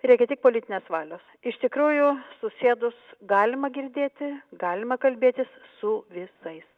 reikia tik politinės valios iš tikrųjų susėdus galima girdėti galima kalbėtis su visais